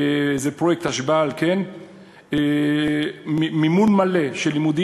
זה פרויקט "אשבל" מימון מלא של לימודי